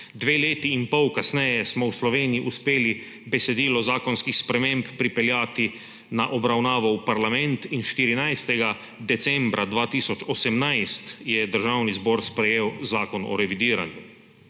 dve leti in pol kasneje smo v Sloveniji uspeli besedilo zakonskih sprememb pripeljati na obravnavo v parlament in 14. decembra 2018 je Državni zbor sprejel Zakon o revidiranju.